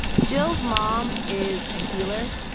jill's mom is a healer,